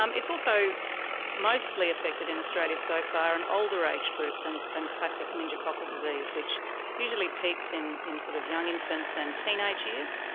um it's also mostly affected in australia so far an older age group than than classic meningococcal disease, which usually peaks in in sort of young infants and teenage years.